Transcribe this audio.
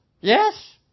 Yes